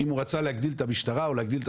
אם הוא רצה להגדיל את המשטרה או להגדיל את